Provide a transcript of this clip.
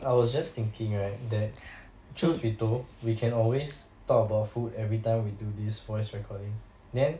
I was just thinking right that through Vitto we can always talk about food everytime we do this voice recording then